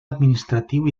administratiu